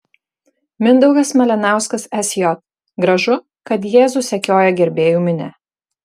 mindaugas malinauskas sj gražu kad jėzų sekioja gerbėjų minia